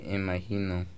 imagino